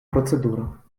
процедура